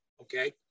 okay